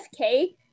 FK